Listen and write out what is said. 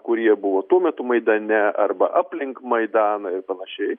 kurie buvo tuo metu maidane arba aplink maidaną ir panašiai